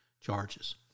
charges